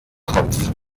kopf